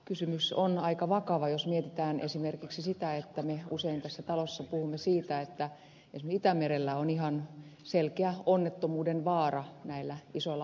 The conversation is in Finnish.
kysymys on aika vakava jos mietitään esimerkiksi sitä että me usein tässä talossa puhumme siitä että esimerkiksi itämerellä on ihan selkeä onnettomuuden vaara näillä isoilla aluksilla